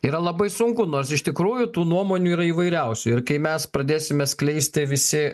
yra labai sunku nors iš tikrųjų tų nuomonių yra įvairiausių ir kai mes pradėsime skleisti visi